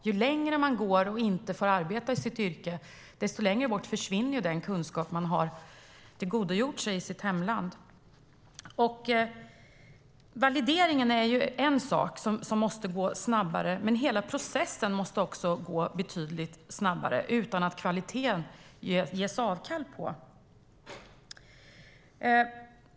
Ju längre det går utan att man får arbeta i sitt yrke, desto mer försvinner den kunskap man har tillgodogjort sig i sitt hemland. Valideringen är en sak som måste gå snabbare, men hela processen måste också gå betydligt snabbare - utan att vi gör avkall på kvaliteten.